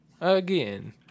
Again